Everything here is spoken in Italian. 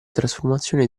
trasformazione